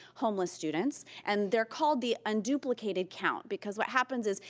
homeless students, and they're called the unduplicated count because what happens is,